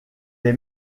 est